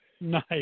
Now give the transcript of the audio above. Nice